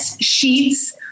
sheets